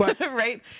Right